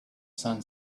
sun